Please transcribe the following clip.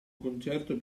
concerto